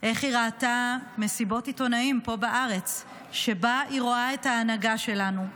איך היא ראתה מסיבות עיתונאים פה בארץ שבהן היא רואה את ההנהגה שלנו,